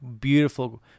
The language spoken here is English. beautiful